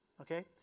okay